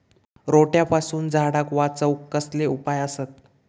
रोट्यापासून झाडाक वाचौक कसले उपाय आसत?